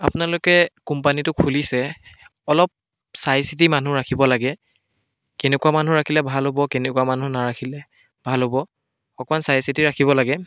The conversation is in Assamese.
আপোনালোকে কোম্পানীটো খুলিছে অলপ চাইচিতি মানুহ ৰাখিব লাগে কেনেকুৱা মানুহ ৰাখিলে ভাল হ'ব কেনেকুৱা মানুহ নাৰাখিলে ভাল হ'ব অকণমান চাইচিতি ৰাখিব লাগে